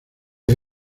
les